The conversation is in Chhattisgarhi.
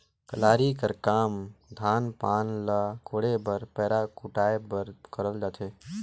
कलारी कर काम धान पान ल कोड़े बर पैरा कुढ़ाए बर करल जाथे